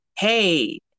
hey